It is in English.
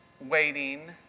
Waiting